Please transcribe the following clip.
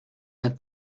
had